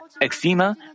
Eczema